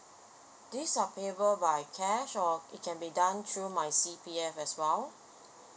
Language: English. these are payable by cash or it can be done through my C_P_F as well